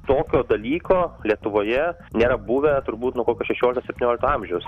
tokio dalyko lietuvoje nėra buvę turbūt nuo kokio šešiolikto septyniolikto amžiaus